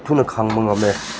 ꯊꯨꯅ ꯈꯪꯕ ꯉꯝꯃꯦ